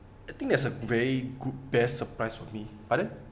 I think that's a very good best surprise for me but then